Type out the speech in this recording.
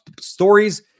stories